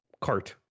cart